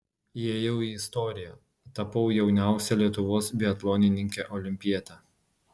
įėjau į istoriją tapau jauniausia lietuvos biatlonininke olimpiete